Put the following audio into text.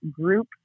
group